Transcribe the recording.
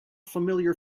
familiar